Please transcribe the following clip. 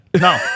No